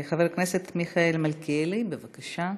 חבר הכנסת מיכאל מלכיאלי, בבקשה.